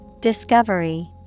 Discovery